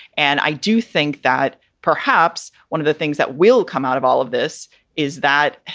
and i do think that perhaps one of the things that will come out of all of this is that,